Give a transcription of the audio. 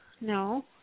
No